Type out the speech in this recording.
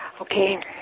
Okay